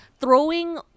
throwing